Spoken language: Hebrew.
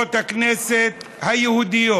לחברות הכנסת היהודיות: